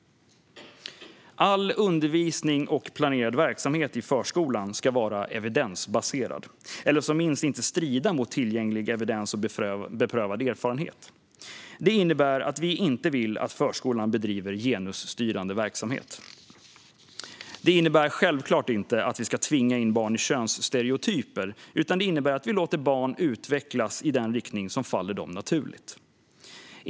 All undervisning och planerad verksamhet i förskolan ska vara evidensbaserad, eller som minst inte strida mot tillgänglig evidens och beprövad erfarenhet. Det innebär att vi inte vill att förskolan bedriver genusstyrande verksamhet. Detta innebär självklart inte att vi ska tvinga in barn i könsstereotyper utan att vi låter barn utvecklas i den riktning som faller dem naturligt.